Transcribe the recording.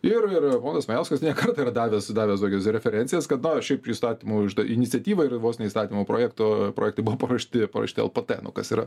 ir ir ponas majauskas ne kartą yra davęs davęs tokias referencijas kad na šiaip įstatymų iniciatyva yra vos ne įstatymų projekto projektai buvo paruošti paruošti lpt nu kas yra